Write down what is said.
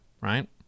right